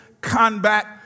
combat